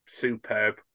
superb